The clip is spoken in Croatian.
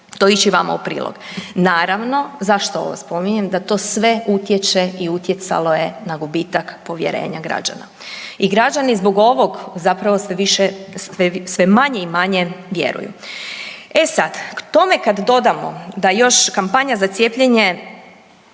to ići vama u prilog? Naravno, zašto ovo spominjem? Da to sve utječe i utjecalo je na gubitak povjerenja građana. I građani zbog ovog zapravo sve manje i manje vjeruju. E sad, k tome kad dodamo da još kampanja za cijepljenje,